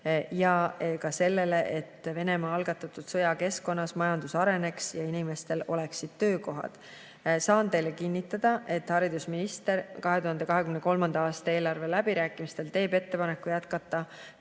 ja ka sellele, et Venemaa algatatud sõja keskkonnas majandus areneks ja inimestel oleksid töökohad. Saan teile kinnitada, et haridusminister 2023. aasta eelarve läbirääkimistel teeb ettepaneku jätkata